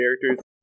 characters